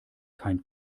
kein